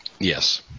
Yes